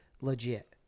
legit